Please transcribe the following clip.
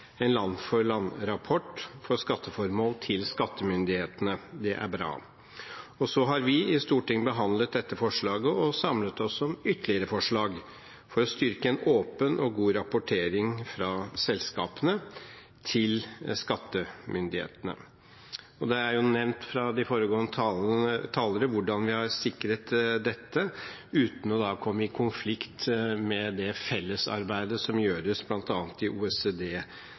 en land-for-land-rapport for skatteformål til skattemyndighetene. Det er bra. Og så har vi i Stortinget behandlet dette forslaget og samlet oss om ytterligere forslag for å styrke en åpen og god rapportering fra selskapene til skattemyndighetene. Det er nevnt av de foregående talerne hvordan vi har sikret dette uten å komme i konflikt med det fellesarbeidet som gjøres bl.a. i